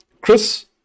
Chris